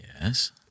Yes